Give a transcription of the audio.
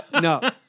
no